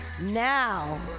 now